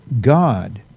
God